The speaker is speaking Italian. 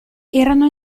erano